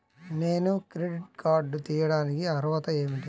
నేను credit card తీయడానికి అర్హత ఏమిటి?